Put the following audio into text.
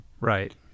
Right